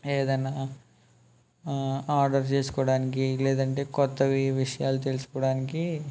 ఏదైనా ఆర్డర్ చేసుకోడానికి లేదంటే కొత్తవి విషయాలు తెలుసుకోవడానికి